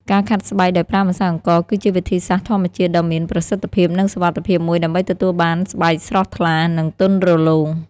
ការខាត់ស្បែកដោយប្រើម្សៅអង្ករគឺជាវិធីសាស្ត្រធម្មជាតិដ៏មានប្រសិទ្ធភាព និងសុវត្ថិភាពមួយដើម្បីទទួលបានស្បែកស្រស់ថ្លា និងទន់រលោង។